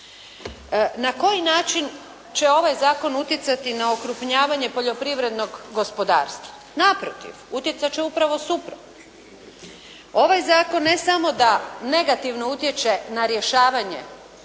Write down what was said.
Na koji način će ovaj zakon utjecati na okrupnjavanje poljoprivrednog gospodarstva? Naprotiv, utjecat će upravo suprotno. Ovaj zakon ne samo da negativno utječe na rješavanje